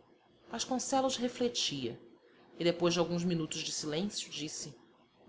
gomes vasconcelos refletia e depois de alguns minutos de silêncio disse